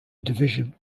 division